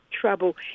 trouble